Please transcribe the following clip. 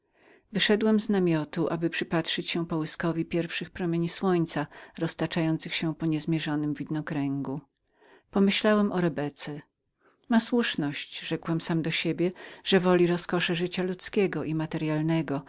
wyszedłem z namiotu aby przypatrzyć się połyskowi pierwszych promieni słońca roztaczających się po niezmierzonym widokręgu pomyślałem o rebece ma słuszność rzekłem sam do siebie że przenosi roskosze życia ludzkiego i materyalnego